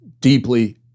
Deeply